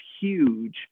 huge